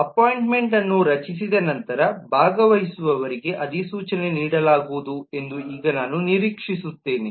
appointment ಅನ್ನು ರಚಿಸಿದ ನಂತರ ಭಾಗವಹಿಸುವವರಿಗೆ ಅಧಿಸೂಚನೆ ನೀಡಲಾಗುವುದು ಎಂದು ಈಗ ನಾವು ನಿರೀಕ್ಷಿಸುತ್ತೇವೆ